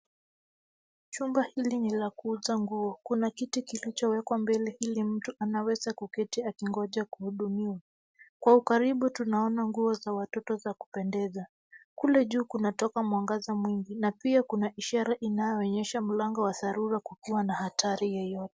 Chumba hili ni la kuuza nguo. Kuna kiti kilichowekwa mbele ili mtu anaweza kuketi akingoja kuhudumiwa. Kwa ukaribu tunaona nguo za watoto za kupendeza. Kule juu kunatoka mwangaza mwingi na pia kuna ishara inayoonyesha mlango wa dharura kukiwa na hatari yoyote.